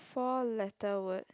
four letter word